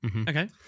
Okay